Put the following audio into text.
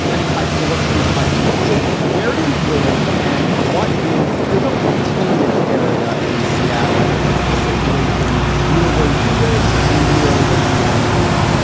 and pipes. so and what's we pipes? so where do you live and what is there no containment area in seattle? but what's the situation near where you live and near the seattle area?